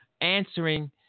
answering